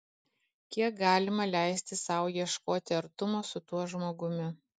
kiek galima leisti sau ieškoti artumo su tuo žmogumi